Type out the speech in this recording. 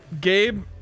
Gabe